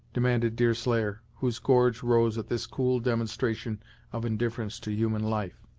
demanded deerslayer, whose gorge rose at this cool demonstration of indifference to human life.